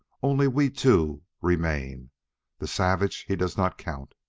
only we two remain the savage, he does not count.